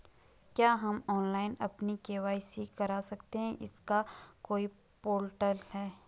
क्या हम ऑनलाइन अपनी के.वाई.सी करा सकते हैं इसका कोई पोर्टल है?